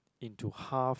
into half